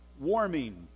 warming